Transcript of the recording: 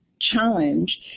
challenge